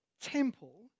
temple